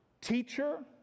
Teacher